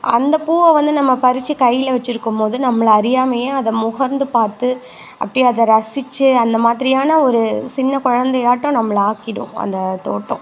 அந்த பூவை வந்து நம்ம பறித்து கையில் வச்சிருக்கும் போது நம்மளை அறியாமலே அதை முகர்ந்து பார்த்து அப்படியே அதை ரசித்து அந்த மாதிரியான ஒரு சின்ன குழந்தையாட்டம் நம்மளை ஆக்கிடும் அந்த தோட்டம்